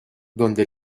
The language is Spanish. donde